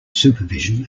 supervision